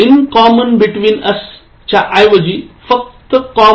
in common between us च्या ऐवजी फक्त common